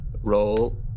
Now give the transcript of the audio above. Roll